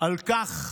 על כך